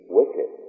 wicked